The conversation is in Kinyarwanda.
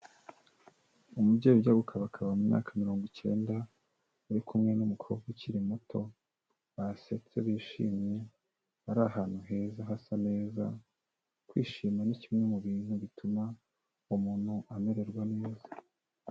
Umubyeyi ujya gukabakaba mu myaka mirongo icyenda uri kumwe n'umukobwa ukiri muto basetse bishimye, bari ahantu heza hasa neza kwishima ni kimwe mu bintu bituma umuntu amererwa neza.